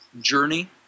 journey